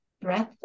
breath